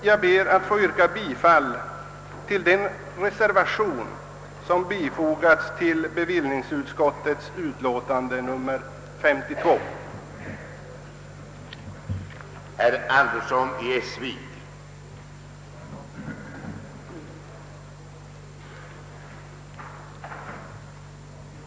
Jag ber att få yrka bifall till den vid bevillningsutskottets betänkande nr 352 fogade reservationen nr 1.